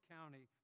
County